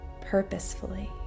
purposefully